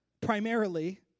primarily